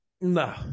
No